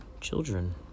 children